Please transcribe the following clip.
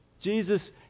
Jesus